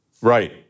Right